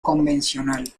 convencional